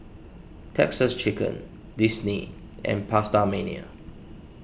Texas Chicken Disney and PastaMania